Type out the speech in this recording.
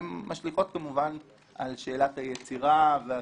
הן משליכות כמובן על שאלת היצירה ועל